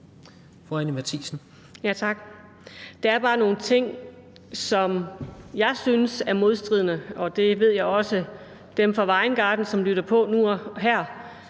Der er bare nogle ting, som jeg synes er modstridende, og det ved jeg også dem fra Vejen Garden, som nu lytter med her,